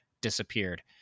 disappeared